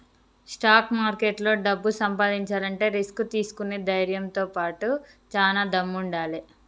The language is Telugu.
స్టాక్ మార్కెట్లో డబ్బు సంపాదించాలంటే రిస్క్ తీసుకునే ధైర్నంతో బాటుగా చానా దమ్ముండాలే